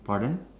pardon